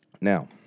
Now